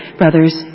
brothers